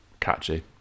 catchy